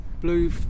Blue